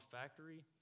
factory